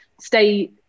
stay –